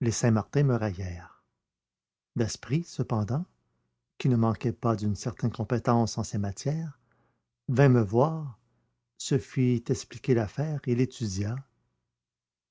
les saint-martin me raillèrent daspry cependant qui ne manquait pas d'une certaine compétence en ces matières vint me voir se fit expliquer l'affaire et l'étudia